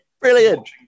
brilliant